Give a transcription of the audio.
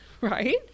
Right